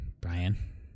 Brian